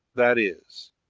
that is,